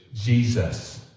Jesus